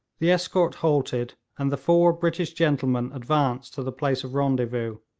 the escort halted, and the four british gentlemen advanced to the place of rendezvous,